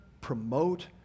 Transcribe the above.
promote